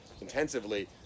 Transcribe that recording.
intensively